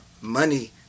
money